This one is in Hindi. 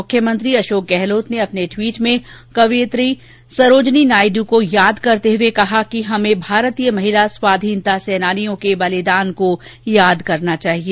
मुख्यमंत्री अशोक गहलोत ने अपने ट्वीट में कवयित्री सरोजनी नायड् को याद करते हुए कहा कि हमें भारतीय महिला स्वाधीनता सेनानियों के बलिदान को याद करना चाहिए